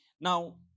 Now